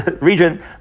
region